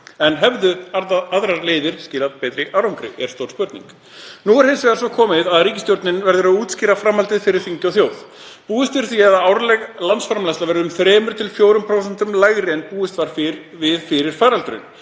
En hefðu aðrar leiðir skilað betri árangri? Það er stór spurning. Nú er hins vegar svo komið að ríkisstjórnin verður að útskýra framhaldið fyrir þingi og þjóð. Búist er við að árleg landsframleiðsla verði um 3–4% lægri en gert var ráð fyrir fyrir